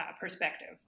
perspective